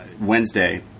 Wednesday